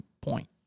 point